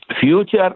future